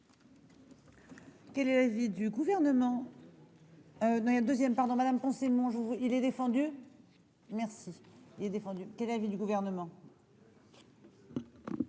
Quel est l'Asie du gouvernement